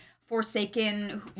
Forsaken